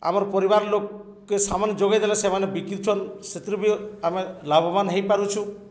ଆମର ପରିବାର ଲୋକକେ ସାମାନ ଯୋଗେଇ ଦେେଲେ ସେମାନେ ବିକିଛନ୍ ସେଥିରୁ ବି ଆମେ ଲାଭବାନ ହୋଇପାରୁଛୁ